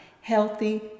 healthy